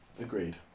Agreed